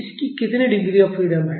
इसकी कितनी degree of freedom है